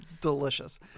Delicious